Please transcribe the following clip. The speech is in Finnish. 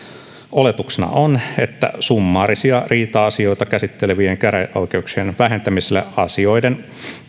oletuksena on että summaarisia riita asioita käsittelevien käräjäoikeuksien vähentämisellä asioiden